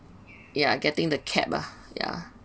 yeah I getting the cab lah ya